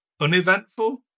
uneventful